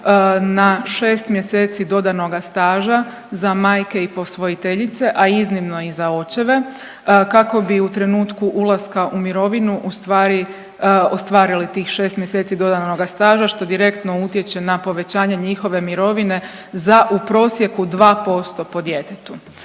na 6 mjeseci dodanoga staža za majke i posvojiteljice, a iznimno i za očeve kako bi u trenutku ulaska u mirovinu u stvari ostvarili tih šest mjeseci dodanoga staža što direktno utječe na povećanje njihove mirovine za u prosjeku dva posto po djetetu.